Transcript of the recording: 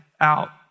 out